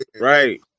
Right